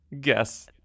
Guess